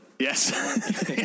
Yes